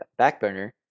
Backburner